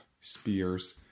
Spear's